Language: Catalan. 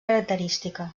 característica